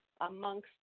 amongst